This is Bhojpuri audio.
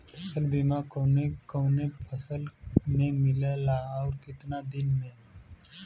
फ़सल बीमा कवने कवने फसल में मिलेला अउर कितना दिन में?